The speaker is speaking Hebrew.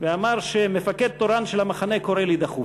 ואמר שהמפקד התורן של המחנה קורא לי דחוף.